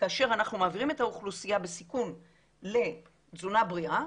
כאשר אנחנו מעבירים את האוכלוסייה בסיכון לתזונה בריאה,